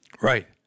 Right